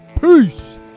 Peace